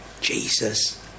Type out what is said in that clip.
Jesus